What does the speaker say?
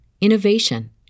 innovation